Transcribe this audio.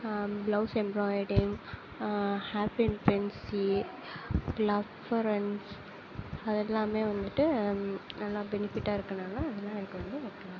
blouse embroidering ஹேப்பிம் பிரின்சி ஃப்ளவ்வரன்ஸ் அது எல்லாம் வந்துவிட்டு நல்லா பெனிஃபிட்டாக இருக்கனால அதலாம் எனக்கு வந்து முக்கியம்